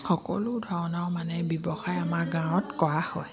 সকলো ধৰণৰ মানে ব্যৱসায় আমাৰ গাঁৱত কৰা হয়